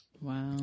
Wow